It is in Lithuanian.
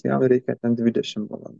jam reikia ten dvidešim valandų